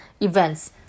Events